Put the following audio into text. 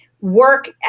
work